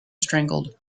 strangled